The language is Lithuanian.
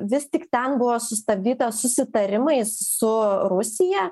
vis tik ten buvo sustabdyta susitarimais su rusija